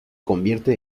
convierte